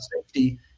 safety